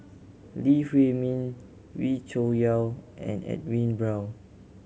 Lee Huei Min Wee Cho Yaw and Edwin Brown